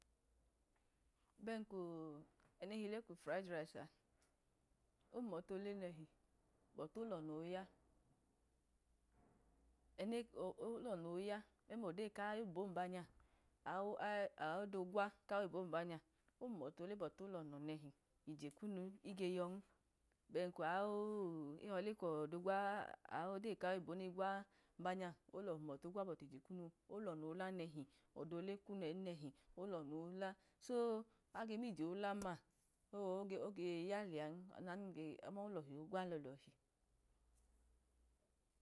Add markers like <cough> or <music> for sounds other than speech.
Bẹn ku enili le kw frayi durais a ohumọte ole nẹhe bọta olọnọ oya, ene o- o- olọnu oya memlodeyi kayi eyilo niba nya aoda gwa koyi eyto niwa nya, dwaanọtu ole bọte olọnọ nechẹ ye kum nge yoyin bẹn ka u ehọ lekọ odogma <hesitation> aọdeyi kaye eybo neyi gwa nibu <unintelligible> nya bọt iye kunu olọno̱ odo kula neyi olọno̱ hula. So age mije olam ma so oge ya lẹa oma num ge yam ma ama olohi ogwa lo̱lo̱hi.